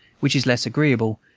which is less agreeable,